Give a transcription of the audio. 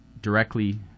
directly